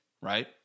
right